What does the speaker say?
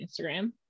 Instagram